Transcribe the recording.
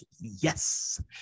yes